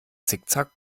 zickzack